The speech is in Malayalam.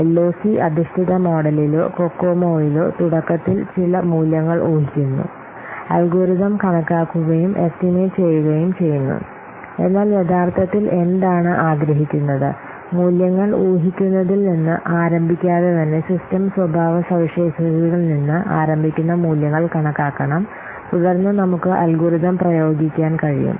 എൽഒസി അധിഷ്ഠിത മോഡലിലോ കൊക്കോമോയിലോ തുടക്കത്തിൽ ചില മൂല്യങ്ങൾ ഊഹിക്കുന്നു അൽഗോരിതം കണക്കാക്കുകയും എസ്റ്റിമേറ്റ് ചെയ്യുകയും ചെയ്യുന്നു എന്നാൽ യഥാർത്ഥത്തിൽ എന്താണ് ആഗ്രഹിക്കുന്നത് മൂല്യങ്ങൾ ഊഹിക്കുന്നതിൽ നിന്ന് ആരംഭിക്കാതെ തന്നെ സിസ്റ്റം സ്വഭാവസവിശേഷതകളിൽ നിന്ന് ആരംഭിക്കുന്ന മൂല്യങ്ങൾ കണക്കാക്കണം തുടർന്ന് നമുക്ക് അൽഗോരിതം പ്രയോഗിക്കാൻ കഴിയും